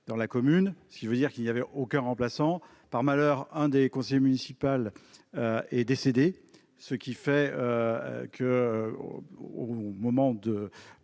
dans la commune si veux dire qu'il n'y avait aucun remplaçant par malheur un des conseiller municipal est décédé ce qui fait que, au moment de